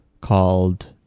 called